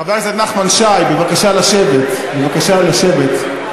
חבר הכנסת נחמן שי, בבקשה לשבת, בבקשה לשבת.